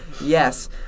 Yes